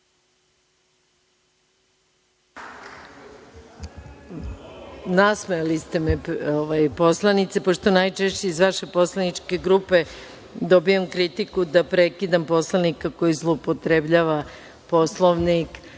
Nasmejali ste me, poslanice, pošto najčešće iz vaše poslaničke grupe dobijam kritiku da prekidam poslanika koji zloupotrebljava Poslovnik